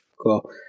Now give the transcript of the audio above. Cool